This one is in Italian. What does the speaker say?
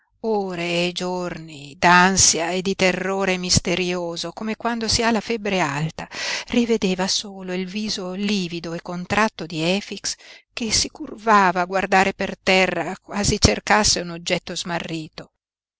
ore e giorni d'ansia e di terrore misterioso come quando si ha la febbre alta rivedeva solo il viso livido e contratto di efix che si curvava a guardare per terra quasi cercasse un oggetto smarrito